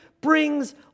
brings